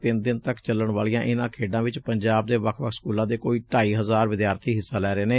ਤਿੰਨ ਦਿਨ ਤੱਕ ਚਲਣ ਵਾਲੀਆਂ ਇਨੂਾਂ ਖੇਡਾਂ ਵਿਚ ਪੰਜਾਬ ਦੇ ਵੱਖ ਵੱਖ ਸਕੂਲਾਂ ਦੇ ਕੋਈ ਢਾਈ ਹਜ਼ਾਰ ਵਿਦਿਆਰਥੀ ਖਿਡਾਰੀ ਹਿੱਸਾ ਲੈ ਰਹੇ ਨੇ